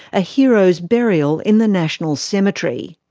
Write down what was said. a hero's burial in the national cemetery.